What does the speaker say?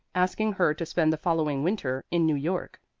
asking her to spend the following winter in new york.